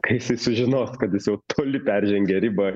kai jisai sužinos kad jis jau toli peržengė ribą